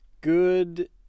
Good